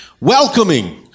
welcoming